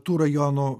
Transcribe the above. tų rajonų